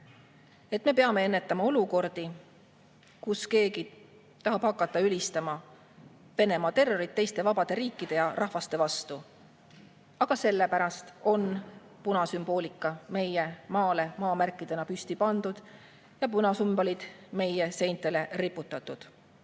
et me peame ennetama olukordi, kus keegi tahab hakata ülistama Venemaa terrorit teiste vabade riikide ja rahvaste vastu. Aga just sellepärast on punasümboolika meie maale maamärkidena püsti pandud ja punasümbolid meie seintele riputatud.